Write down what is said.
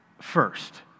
first